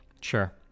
Sure